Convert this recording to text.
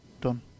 done